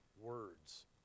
Words